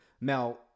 Now